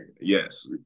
yes